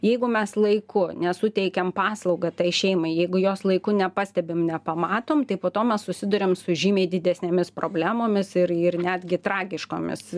jeigu mes laiku nesuteikiam paslaugą tai šeimai jeigu jos laiku nepastebim nepamatom tai po to mes susiduriam su žymiai didesnėmis problemomis ir ir netgi tragiškomis